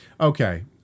Okay